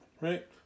right